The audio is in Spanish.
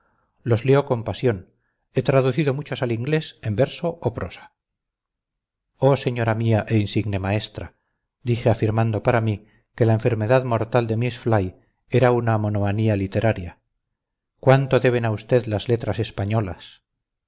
los leo con pasión he traducido muchos al inglés en verso o prosa oh señora mía e insigne maestra dije afirmando para mí que la enfermedad moral de miss fly era una monomanía literaria cuánto deben a usted las letras españolas